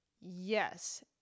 Yes